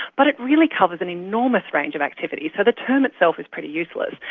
but it really covers an enormous range of activities. so the term itself is pretty useless.